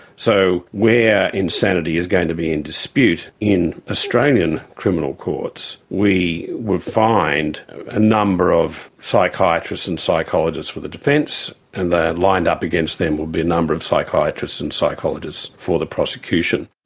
so where insanity is going to be in dispute in australian criminal courts, we would find a number of psychiatrists and psychologists for the defence, and then lined up against them would be a number of psychiatrists and psychologists for the prosecution.